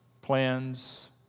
plans